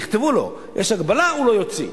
יכתבו לו: יש הגבלה, והוא לא יוציא.